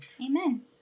Amen